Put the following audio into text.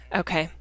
okay